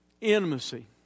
intimacy